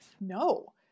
no